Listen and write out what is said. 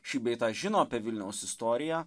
šį bei tą žino apie vilniaus istoriją